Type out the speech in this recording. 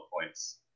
points